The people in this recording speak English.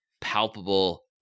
palpable